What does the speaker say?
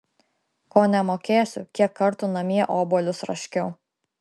ko nemokėsiu kiek kartų namie obuolius raškiau